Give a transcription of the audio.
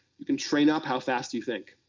you can train up how fast you think,